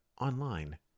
online